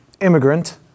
immigrant